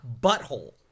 butthole